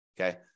Okay